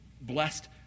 blessed